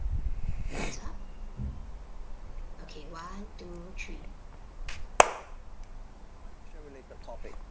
financial related topic